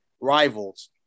rivals